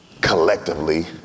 collectively